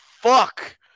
fuck